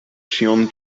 ĉion